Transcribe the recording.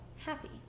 happy